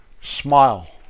Smile